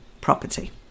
property